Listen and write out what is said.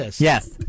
Yes